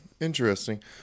Interesting